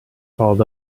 called